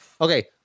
Okay